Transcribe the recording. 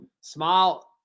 Smile